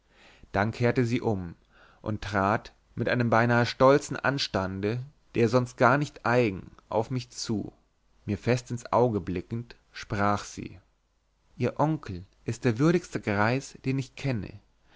dann kehrte sie um und trat mit einem beinahe stolzen anstande der ihr sonst gar nicht eigen auf mich zu mir fest ins auge blickend sprach sie ihr onkel ist der würdigste greis den ich kenne